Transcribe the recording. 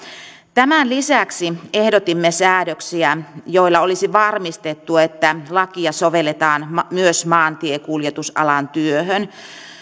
tämän lisäksi ehdotimme säädöksiä joilla olisi varmistettu että lakia sovelletaan myös maantiekuljetusalan työhön